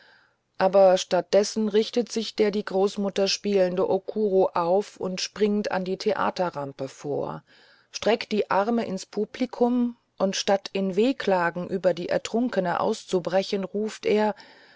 aber statt dessen richtet sich der die großmutter spielende okuro auf und springt an die theaterrampe vor streckt die arme ins publikum und statt in wehklagen über die ertrunkene auszubrechen ruft er